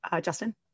Justin